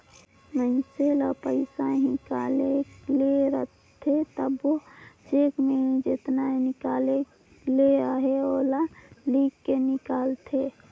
मइनसे ल पइसा हिंकाले ले रहथे तबो चेक में जेतना हिंकाले ले अहे तेला लिख के हिंकालथे